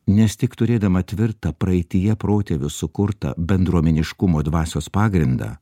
nes tik turėdama tvirtą praeityje protėvių sukurtą bendruomeniškumo dvasios pagrindą